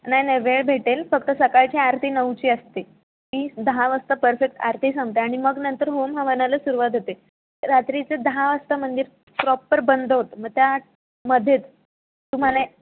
नाही नाही वेळ भेटेल फक्त सकाळची आरती नऊची असते ती दहा वाजता परफेक्ट आरती संपते आणि मग नंतर होमहवनाला सुरुवात होते रात्रीचे दहा वाजता मंदिर प्रॉपर बंद होतं मग त्यात मध्येच तुम्हाला